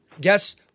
guess